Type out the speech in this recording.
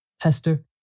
Hester